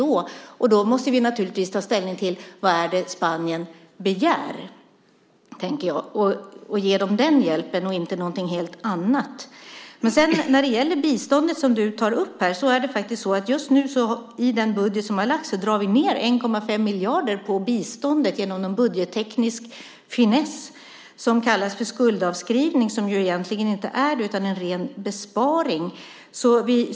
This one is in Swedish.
Då tänker jag att vi naturligtvis måste ta ställning till vad det är som Spanien begär och ge dem den hjälpen och inte något helt annat. Du tar upp frågan om biståndet. I den budget som ni har lagt fram drar ni ned biståndet med 1,5 miljarder genom någon budgetteknisk finess, som kallas för skuldavskrivning men som egentligen inte är det utan en ren besparing.